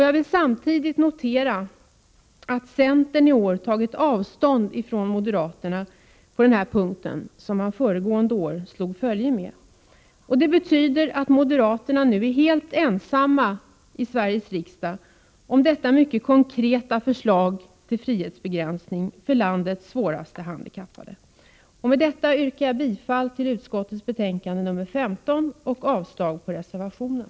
Jag noterar att på den här punkten har centern i år tagit avstånd från moderaterna som man föregående år slog följe med. Det betyder att moderaterna nu är helt ensamma i Sveriges riksdag om detta mycket konkreta förslag till frihetsbegränsning för landets svårast handikappade. Med detta yrkar jag bifall till utskotteis hemställan i betänkandet nr 15 och avslag på reservationen.